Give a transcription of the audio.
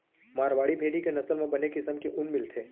मारवाड़ी भेड़ी के नसल म बने किसम के ऊन मिलथे